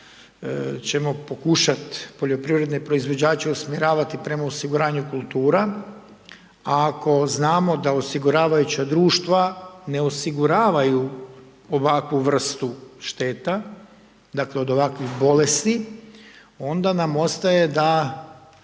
ćemo pokušat poljoprivredne proizvođače usmjeravati prema osiguranju kultura, a ako znamo da osiguravajuća društva ne osiguravaju ovakvu vrstu šteta, dakle od ovakvih bolesti onda nam ostaje da